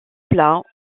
plats